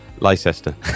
Leicester